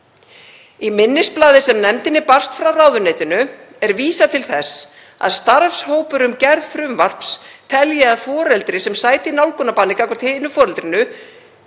Í minnisblaði sem nefndinni barst frá ráðuneytinu er vísað til þess að starfshópur um gerð frumvarps telji að foreldri sem sætir nálgunarbanni gagnvart hinu foreldrinu